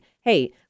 hey